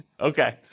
Okay